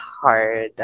hard